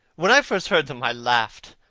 when i first heard them, i laughed.